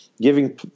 giving